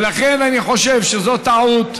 לכן אני חושב שזאת טעות,